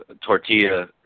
tortilla